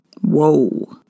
Whoa